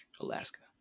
Alaska